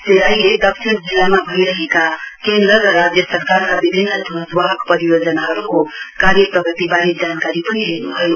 श्री राईले दक्षिण जिल्लामा भइरहेका केन्द्र र राज्य सरकारका विभिन्न ध्वजवाहक परियोजनाहरुको कार्य प्रगतिवारे जानकारी पनि लिनुभयो